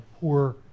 poor